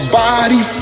body